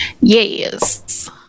yes